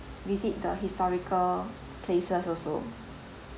visit the historical places also